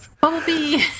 Bumblebee